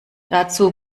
dazu